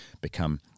become